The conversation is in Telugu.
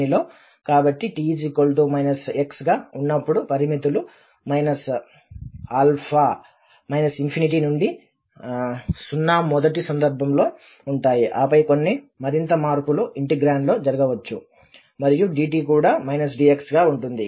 కాబట్టి t x గా ఉన్నప్పుడు పరిమితులు ∞ నుండి 0 మొదటి సందర్భంలో ఉంటాయి ఆపై కొన్ని మరింత మార్పులు ఇంటిగ్రాండ్ లో జరగవచ్చు మరియు dt కూడా dx గా ఉంటుంది